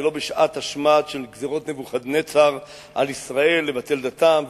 ולא בשעת השמד של גזירות נבוכדנצר על ישראל לבטל דתם,